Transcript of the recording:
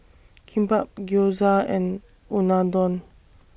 Kimbap Gyoza and Unadon